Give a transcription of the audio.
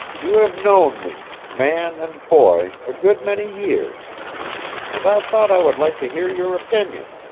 you have known me, man and boy, a good many years and i thought i would like to hear your opinion.